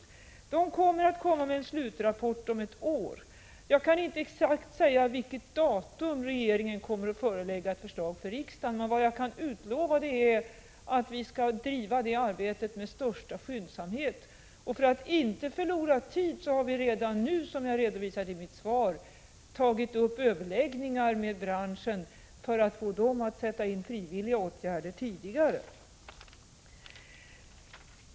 Naturvårdsverket kommer att avge en slutrapport om ett år. Jag kan inte säga exakt vilket datum regeringen kommer att förelägga riksdagen ett förslag, men jag kan utlova att vi skall driva arbetet med största skyndsamhet. För att inte förlora tid har vi redan nu, som jag redovisade i mitt svar, inlett överläggningar med branschen för att förmå den att sätta in frivilliga åtgärder tidigare.